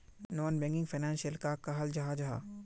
Non banking financial कहाक कहाल जाहा जाहा?